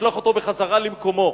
ולשלוח אותו בחזרה למקומו.